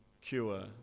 cure